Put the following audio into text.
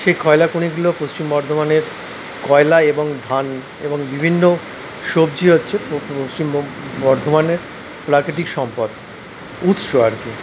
সেই কয়লা খনিগুলো পশ্চিম বর্ধমানের কয়লা এবং ধান এবং বিভিন্ন সবজি হচ্ছে পশ্চিম বর্ধমানের প্রাকৃতিক সম্পদ উৎস আরকি